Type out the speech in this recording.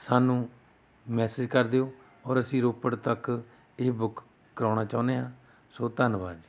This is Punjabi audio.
ਸਾਨੂੰ ਮੇਸੈਜ ਕਰ ਦਿਉ ਔਰ ਅਸੀਂ ਰੋਪੜ ਤੱਕ ਇਹ ਬੁੱਕ ਕਰਾਉਣਾ ਚਾਹੁੰਦੇ ਹਾਂ ਸੋ ਧੰਨਵਾਦ ਜੀ